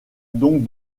donc